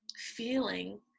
feeling